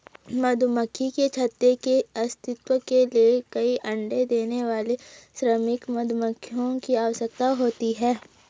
मधुमक्खी के छत्ते के अस्तित्व के लिए कई अण्डे देने वाली श्रमिक मधुमक्खियों की आवश्यकता होती है